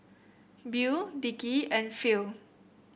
Beau Dickie and Phil